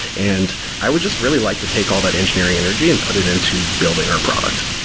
and i would just really like to take all that engineering energy and put it into building our product.